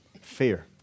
fear